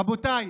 רבותיי,